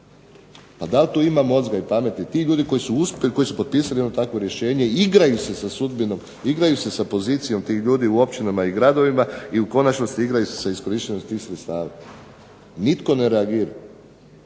Pa dal' tu ima mozga i pameti? Ti ljudi koji su uspjeli, koji su potpisali takvo rješenje igraju se sa sudbinom, igraju se sa pozicijom tih ljudi u općinama i gradovima i u konačnosti igraju se sa iskorištenosti tih sredstava. Nitko ne reagira.